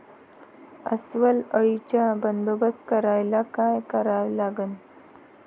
अस्वल अळीचा बंदोबस्त करायले काय करावे लागन?